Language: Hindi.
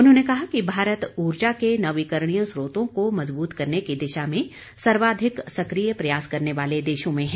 उन्होंने कहा कि भारत ऊर्जा के नवीकरणीय स्रोतों को मजबूत करने की दिशा में सर्वाधिक सक्रिय प्रयास करने वाले देशों में है